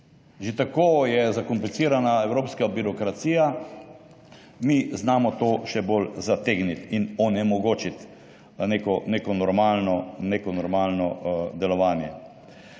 Že tako je zakomplicirana evropska birokracija, mi znamo to še bolj zategniti in onemogočiti neko normalno delovanje.